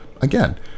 Again